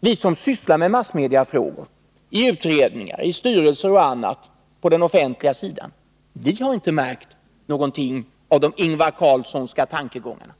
Vi som sysslar med massmedia, i utredningar, styrelser och i andra sammanhang på den offentliga sidan, har inte märkt någonting av de Ingvar Carlssonska tankegångarna.